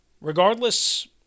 regardless